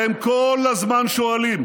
והם כל הזמן שואלים: